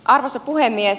arvoisa puhemies